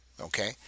Okay